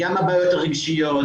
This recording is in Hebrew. גם הבעיות הרגשיות,